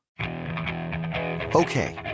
Okay